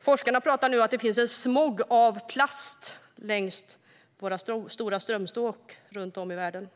Forskarna pratar nu om att det finns en smog av plast längs de stora strömstråken i världen.